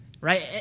Right